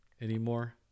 anymore